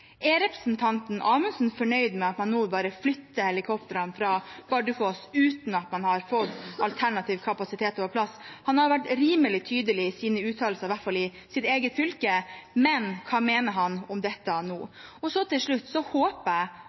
Er representanten Amundsen fornøyd med at man nå bare flytter helikoptrene fra Bardufoss uten at man har fått alternative kapasiteter på plass? Han har vært rimelig tydelig i sine uttalelser, i hvert fall i sitt eget fylke, men hva mener han om dette nå? Helt til slutt: Jeg håper